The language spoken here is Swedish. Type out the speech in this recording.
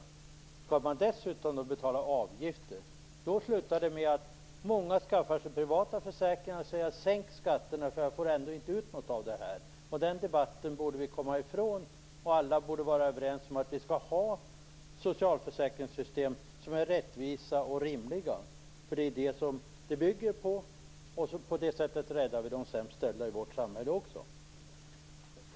Men skall man dessutom betala avgifter, slutar det med att många skaffar sig privata försäkringar och säger: Sänk skatterna, för jag får ändå inte ut något av det här! Den debatten borde vi komma bort ifrån. Alla borde vara överens om att vi skall ha socialförsäkringssystem som är rättvisa och rimliga. Det är ju vad detta bygger på. På det sättet räddar vi också de sämst ställda i vårt samhälle.